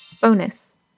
Bonus